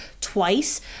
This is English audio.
twice